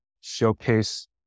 showcase